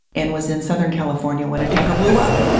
and was in southern california when a tanker blew up,